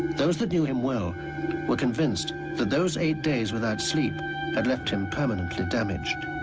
those that knew him well were convinced that those eight days without sleep had left him permanently damaged